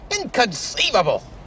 Inconceivable